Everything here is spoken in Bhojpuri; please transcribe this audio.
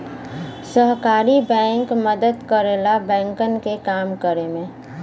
सहकारी बैंक मदद करला बैंकन के काम करे में